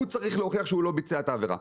הוא צריך להוכיח שהוא לא ביצע את העבירה.